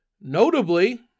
Notably